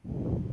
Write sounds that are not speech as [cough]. [breath]